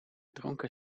dronken